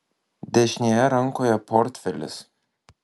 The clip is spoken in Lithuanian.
dešinėje rankoje portfelis